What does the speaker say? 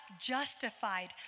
justified